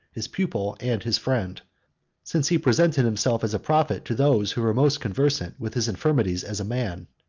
his pupil, and his friend since he presented himself as a prophet to those who were most conversant with his infirmities as a man.